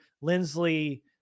Lindsley